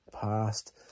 Past